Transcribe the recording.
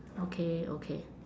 okay okay